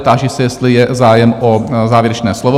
Táži se, jestli je zájem o závěrečné slovo?